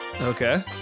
Okay